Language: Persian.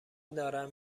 دارن